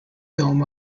dome